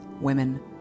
women